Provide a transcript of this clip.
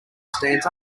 stands